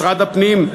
משרד הפנים,